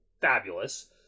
fabulous